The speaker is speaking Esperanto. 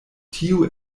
tio